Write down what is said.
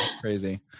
Crazy